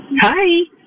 Hi